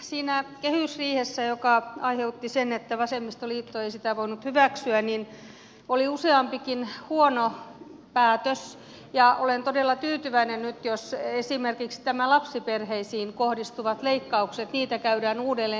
siinä kehysriihessä joka aiheutti sen että vasemmistoliitto ei sitä voinut hyväksyä oli useampikin huono päätös ja olen todella tyytyväinen nyt jos esimerkiksi näitä lapsiperheisiin kohdistuvia leikkauksia käydään uudelleen läpi